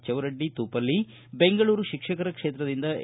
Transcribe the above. ಚೌಡರೆಡ್ಡಿ ತೂಪಲ್ಲಿ ಬೆಂಗಳೂರು ಶಿಕ್ಷಕರ ಕ್ಷೇತ್ರದಿಂದ ಎ